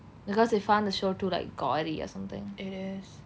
because they found the show too like gory or something